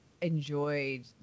enjoyed